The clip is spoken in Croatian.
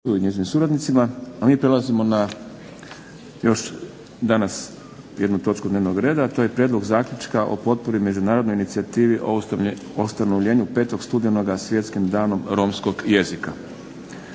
Boris (SDP)** A mi prelazimo na još danas jednu točku dnevnog reda, a to je - Prijedlog zaključka o potpori međunarodnoj inicijativi o ustanovljenju 5. studenoga Svjetskim danom romskog jezika